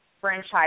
franchise